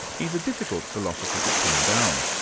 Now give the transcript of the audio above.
he's a difficult philosopher to pin down.